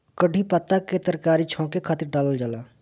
कढ़ी पत्ता के तरकारी छौंके के खातिर डालल जाला